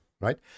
right